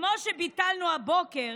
כמו שביטלנו הבוקר